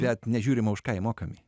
bet nežiūrima už ką jie mokami